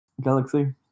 galaxy